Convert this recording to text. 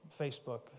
Facebook